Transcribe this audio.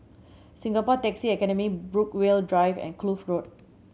Singapore Taxi Academy Brookvale Drive and Kloof Road